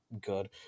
good